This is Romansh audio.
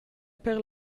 per